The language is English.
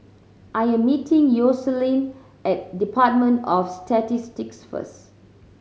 I am meeting Yoselin at Department of Statistics first